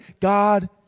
God